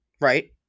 Right